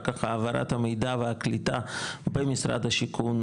כך העברת המידע והקליטה במשרד השיכון,